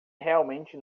realmente